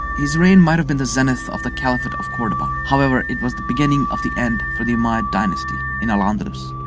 his reign might've been the zenith of the caliphate of cordoba however, it was the beginning of the end for the umayyad dynasty in al-andalus.